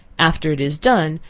after it is done,